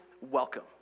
welcome